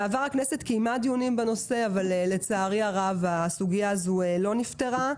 בעבר הכנסת קיימה דיונים בנושא אבל לצערי הרב הסוגייה הזו לא נפתרה.